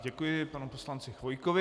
Děkuji panu poslanci Chvojkovi.